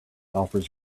offers